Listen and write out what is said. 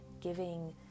giving